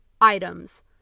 items